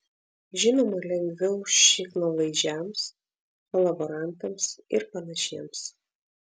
žinoma lengviau šiknalaižiams kolaborantams ir panašiems